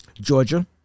Georgia